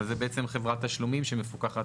אבל זו בעצם חברת תשלומים שמפוקחת